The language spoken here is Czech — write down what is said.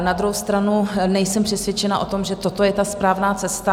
Na druhou stranu nejsem přesvědčena o tom, že toto je ta správná cesta.